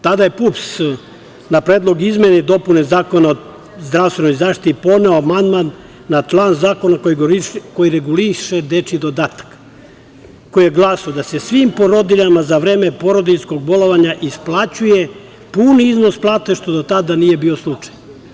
Tada je PUPS na Predlog izmena i dopuna Zakona o zdravstvenoj zaštiti podneo amandman na član zakona koji reguliše dečiji dodatak, a koji je glasio da se svim porodiljama za vreme porodiljskog bolovanja isplaćuje pun iznos plata, što do tada nije bio slučaj.